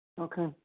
Okay